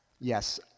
Yes